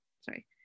sorry